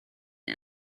you